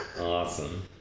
Awesome